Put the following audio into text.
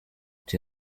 die